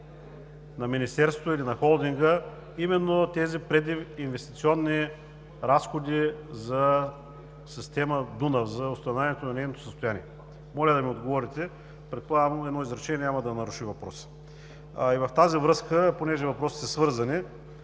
на Министерството или на Холдинга именно тези прединвестиционни разходи за система „Дунав“ и за установяване на нейното състояние. Моля да ми отговорите. Предполагам, че едно изречение няма да наруши въпроса? В тази връзка, понеже въпросите са свързани,